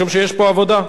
משום שיש פה עבודה.